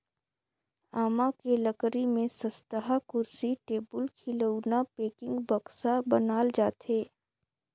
आमा के लकरी में सस्तहा कुरसी, टेबुल, खिलउना, पेकिंग, बक्सा बनाल जाथे